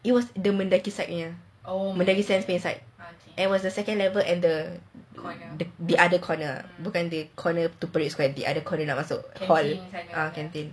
it was the Mendaki side punya Mendaki sense punya side and was the second level and the other corner bukan the corner to parade square the other corner nak masuk hall canteen